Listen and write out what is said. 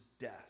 death